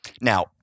Now